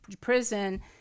prison –